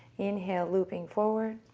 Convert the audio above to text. inhale looping forward,